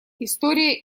история